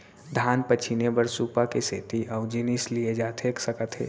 धान पछिने बर सुपा के सेती अऊ का जिनिस लिए जाथे सकत हे?